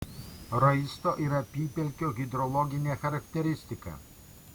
raisto ir apypelkio hidrologinė charakteristika